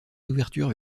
ouvertures